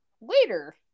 later